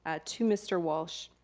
ah to mr. walsh.